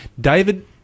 David